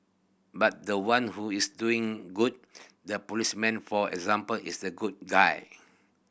but the one who is doing good the policeman for example is the good guy